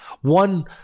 One